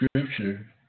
scripture